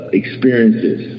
experiences